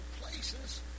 places